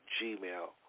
Gmail